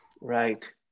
Right